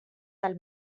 del